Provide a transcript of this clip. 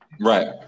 Right